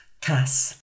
Cass